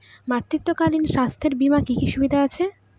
মাতৃত্বকালীন স্বাস্থ্য বীমার কি কি সুবিধে আছে?